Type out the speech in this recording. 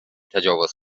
تجاوز